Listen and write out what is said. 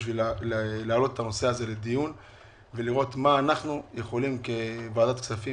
כדי להעלות את הנושא הזה לדיון ולראות מה אנחנו כוועדת כספים,